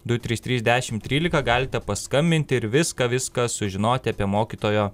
du trys trys dešimt trylika galite paskambinti ir viską viską sužinoti apie mokytojo